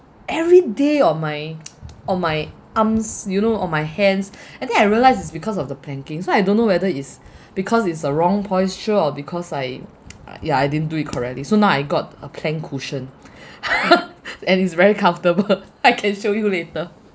every day on my on my arms you know on my hands and then I realised it's because of the planking so I don't know whether it's because it's a wrong posture or because I ya I didn't do it correctly so now I got a plank cushion and it's very comfortable I can show you later